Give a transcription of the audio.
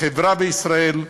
לחברה בישראל,